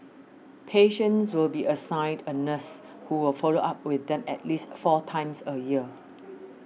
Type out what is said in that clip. patients will be assigned a nurse who will follow up with them at least four times a year